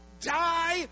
die